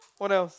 what else